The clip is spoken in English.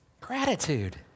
Gratitude